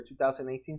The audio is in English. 2018